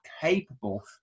capable